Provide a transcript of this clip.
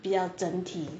比较整体